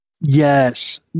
Yes